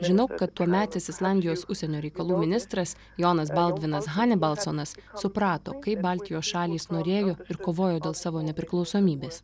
žinau kad tuometis islandijos užsienio reikalų ministras jonas baldvinas hanibalsonas suprato kaip baltijos šalys norėjo ir kovojo dėl savo nepriklausomybės